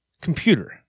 computer